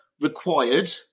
required